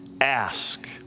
Ask